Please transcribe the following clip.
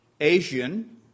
Asian